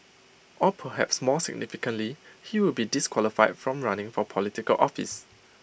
or perhaps more significantly he would be disqualified from running for Political office